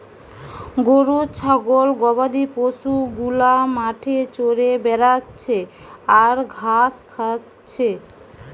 গরু ছাগল গবাদি পশু গুলা মাঠে চরে বেড়াচ্ছে আর ঘাস খাচ্ছে